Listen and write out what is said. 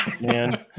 man